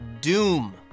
Doom